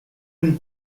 une